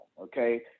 okay